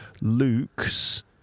Luke's